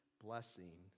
blessing